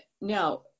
Now